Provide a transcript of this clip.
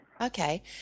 okay